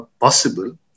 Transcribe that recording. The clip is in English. possible